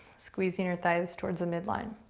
squeezing your thighs towards the midline.